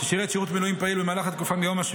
ששירת שירות מילואים פעיל במהלך התקופה מיום 7